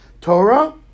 Torah